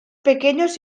pequeños